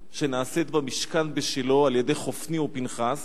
שנעשית במשכן בשילה על-ידי חפני ופנחס,